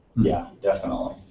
yeah, definitely.